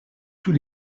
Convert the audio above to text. tous